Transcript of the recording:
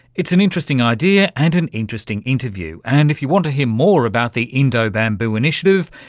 it's an interesting idea and an interesting interview, and if you want to hear more about the indobamboo initiative,